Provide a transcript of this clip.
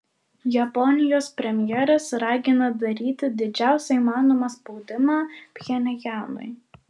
japonijos premjeras ragina daryti didžiausią įmanomą spaudimą pchenjanui